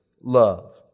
love